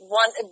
one